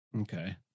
Okay